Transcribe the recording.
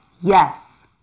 yes